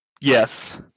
Yes